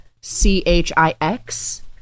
C-H-I-X